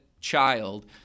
child